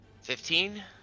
Fifteen